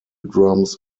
drums